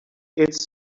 its